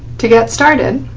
to get started